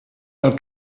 del